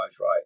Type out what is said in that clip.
right